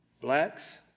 Blacks